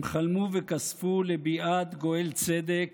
הם חלמו וכספו לביאת גואל צדק